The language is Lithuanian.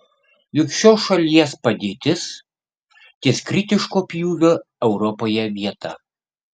juk šios šalies padėtis ties kritiško pjūvio europoje vieta